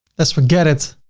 let's forget it.